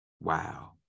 Wow